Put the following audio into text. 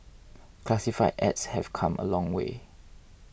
classified ads have come a long way